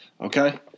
Okay